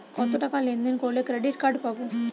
কতটাকা লেনদেন করলে ক্রেডিট কার্ড পাব?